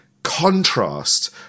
contrast